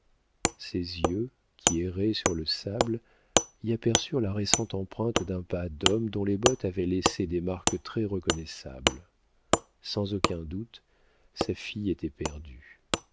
ses yeux qui erraient sur le sable y aperçurent la récente empreinte d'un pas d'homme dont les bottes avaient laissé des marques très reconnaissables sans aucun doute sa fille était perdue